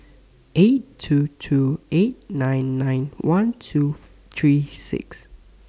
eight two two eight nine nine one two three six